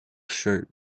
shirt